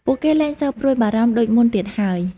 ពួកគេលែងសូវព្រួយបារម្ភដូចមុនទៀតហើយ។